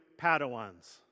Padawans